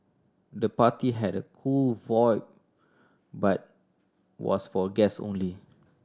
the party had a cool vibe but was for guest only